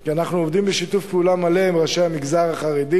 כי אנחנו עובדים בשיתוף פעולה מלא עם ראשי המגזר החרדי,